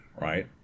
right